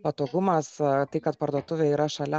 patogumas tai kad parduotuvė yra šalia